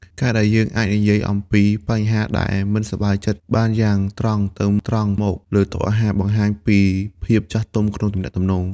ការដែលយើងអាចនិយាយអំពីបញ្ហាដែលមិនសប្បាយចិត្តបានយ៉ាងត្រង់ទៅត្រង់មកលើតុអាហារ បង្ហាញពីភាពចាស់ទុំក្នុងទំនាក់ទំនង។